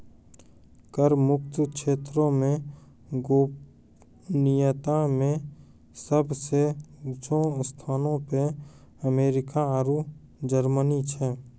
कर मुक्त क्षेत्रो मे गोपनीयता मे सभ से ऊंचो स्थानो पे अमेरिका आरु जर्मनी छै